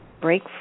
break